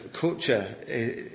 culture